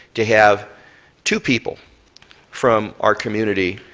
to have two people from our community.